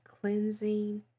cleansing